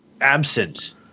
absent